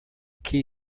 key